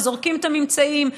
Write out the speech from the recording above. וזורקים את הממצאים,